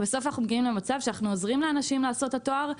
ובסוף אנחנו מגיעים למצב שאנחנו עוזרים לאנשים לעשות את התואר,